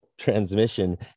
transmission